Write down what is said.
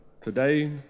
today